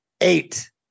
eight